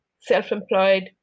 self-employed